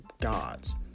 gods